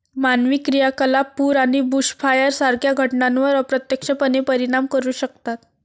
मानवी क्रियाकलाप पूर आणि बुशफायर सारख्या घटनांवर अप्रत्यक्षपणे परिणाम करू शकतात